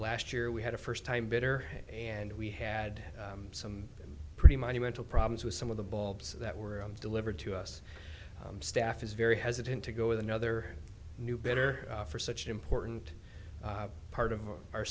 last year we had a first time bidder and we had some pretty monumental problems with some of the bulbs that were delivered to us staff is very hesitant to go with another new better for such an important part of our